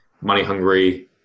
money-hungry